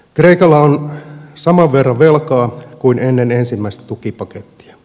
kreikalla on saman verran velkaa kuin ennen ensimmäistä tukipakettia